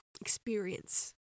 experience